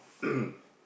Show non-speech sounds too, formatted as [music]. [coughs]